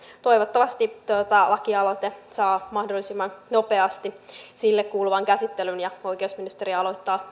toivottavasti tämä lakialoite saa mahdollisimman nopeasti sille kuuluvan käsittelyn ja oikeusministeriö aloittaa